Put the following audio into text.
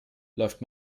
läuft